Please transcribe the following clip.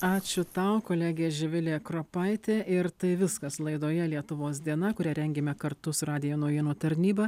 ačiū tau kolegė živilė kropaitė ir tai viskas laidoje lietuvos diena kurią rengėme kartu su radijo naujienų tarnyba